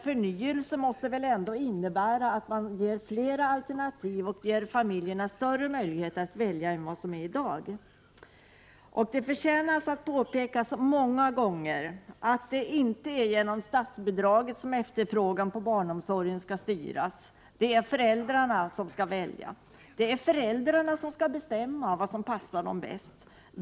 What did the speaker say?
Förnyelse måste väl ändå innebära att man ger flera alternativ och ger familjerna större möjlighet att välja än de har i dag. Det förtjänar att påpekas många gånger att det inte är genom statsbidraget som efterfrågan på barnomsorg skall styras. Det är föräldrarna som skall välja. Det är föräldrarna som skall bestämma vad som passar dem bäst.